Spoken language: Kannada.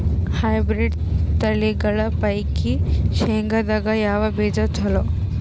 ಹೈಬ್ರಿಡ್ ತಳಿಗಳ ಪೈಕಿ ಶೇಂಗದಾಗ ಯಾವ ಬೀಜ ಚಲೋ?